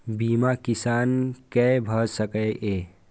बीमा किसान कै भ सके ये?